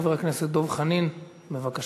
חבר הכנסת דב חנין, בבקשה.